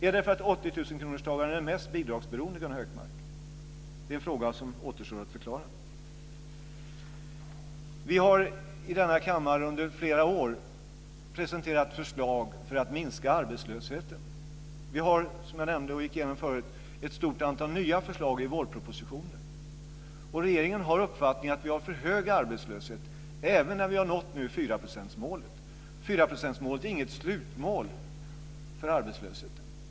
Är det för att de som har en inkomst på 80 000 kr är mest bidragsberoende, Gunnar Hökmark? Det är en fråga som återstår att förklara. Vi har i denna kammare under flera år presenterat förslag för att minska arbetslösheten. Vi har, som jag nämnde när jag gick igenom det här förut, ett stort antal nya förslag i vårpropositionen. Regeringen har uppfattningen att vi har för hög arbetslöshet även när vi nu har nått 4-procentsmålet. Det är inget slutmål för arbetslösheten.